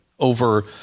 over